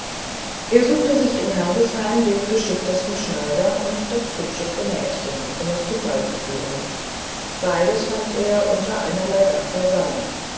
er suchte sich in herbesheim den geschicktesten schneider und das hübscheste mädchen um es zum ball zu führen beides fand er unter einerlei dach beisammen